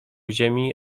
ziemi